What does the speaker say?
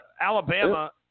Alabama